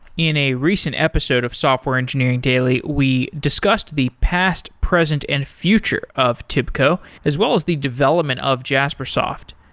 in a recent episode of software engineering daily, we discussed the past, present and future of tibco, as well as the development of jaspersoft.